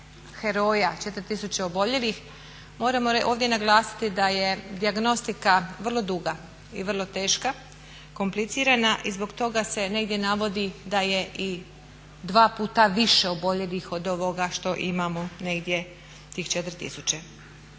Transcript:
heroja, 4000 oboljelih moramo ovdje naglasiti da je dijagnostika vrlo duga i vrlo teška, komplicirana i zbog toga se negdje navodi da je i 2 puta više oboljelih od ovoga što imamo negdje tih 4000.